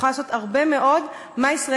היא יכולה לעשות הרבה מאוד,